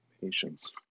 Patience